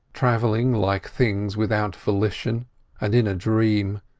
travelling like things without volition and in a dream,